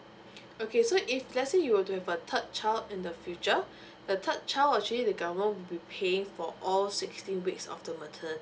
okay so if let's say you were to have a third child in the future the third child will actually the government be paying for all sixteen weeks of the maternity